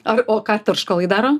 ar o ką tarškalai daro